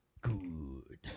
Good